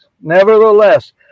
nevertheless